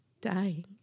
dying